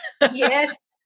Yes